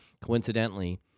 coincidentally